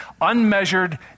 Unmeasured